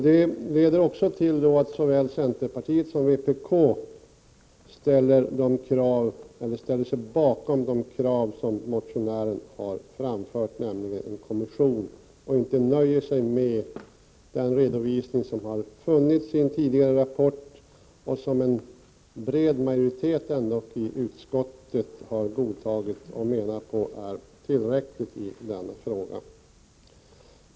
Detta leder också till att såväl centerpartiet som vpk ställer sig bakom det krav som motionären har framfört, nämligen om en kommission, och inte nöjer sig med den redovisning som har getts i en tidigare rapport och som en bred majoritet i utskottet har godtagit och ansett vara tillräcklig i denna fråga.